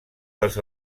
dels